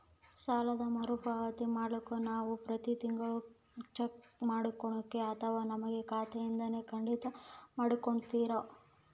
ಸಾಲದ ಮರುಪಾವತಿ ಮಾಡ್ಲಿಕ್ಕೆ ನಾವು ಪ್ರತಿ ತಿಂಗಳು ಚೆಕ್ಕು ಕೊಡಬೇಕೋ ಅಥವಾ ನಮ್ಮ ಖಾತೆಯಿಂದನೆ ಕಡಿತ ಮಾಡ್ಕೊತಿರೋ?